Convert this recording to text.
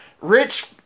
Rich